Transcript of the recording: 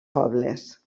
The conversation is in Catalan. pobles